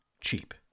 cheap